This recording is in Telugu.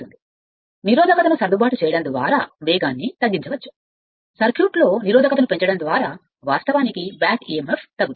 కాబట్టి బ్యాక్ emf యొక్క నిరోధకతను సర్దుబాటు చేయడం ద్వారా వేగం ఉంటుంది సర్క్యూట్లో నిరోధకత ను పెంచడం ద్వారా వాస్తవానికి బ్యాక్ emf తగ్గుతుంది